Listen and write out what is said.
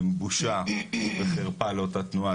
הם בושה וחרפה לאותה תנועה.